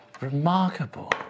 Remarkable